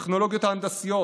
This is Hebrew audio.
הטכנולוגיות ההנדסיות,